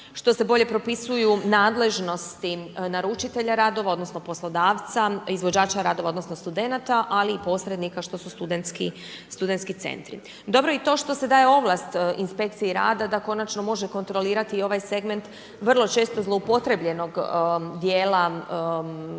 što se bolje propisuju nadležnosti naručitelja radova odnosno poslodavca, izvođača radova odnosno studenata, ali i posrednika što su studentski centri. Dobro je i to što se daje ovlast inspekciji rada da konačno može kontrolirati ovaj segment vrlo često zloupotrebljenog dijela